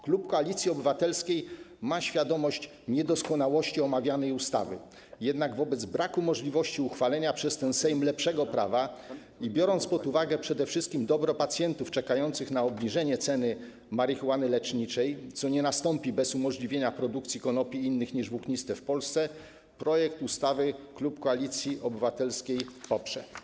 Klub Koalicji Obywatelskiej ma świadomość niedoskonałości omawianej ustawy, jednak wobec braku możliwości uchwalenia przez ten Sejm lepszego prawa, biorąc pod uwagę przede wszystkim dobro pacjentów czekających na obniżenie ceny marihuany leczniczej, co nie nastąpi bez umożliwienia produkcji konopi innych niż włókniste w Polsce, klub Koalicji Obywatelskiej poprze projekt ustawy.